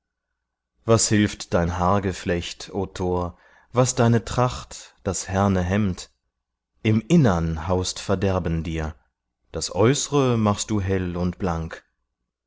was hilft dein haargeflecht o tor was deine tracht das härne hemd im innern haust verderben dir das äußre machst du hell und blank